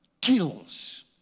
kills